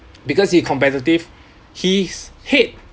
because he competitive his head